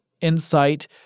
InSight